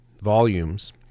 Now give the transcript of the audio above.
volumes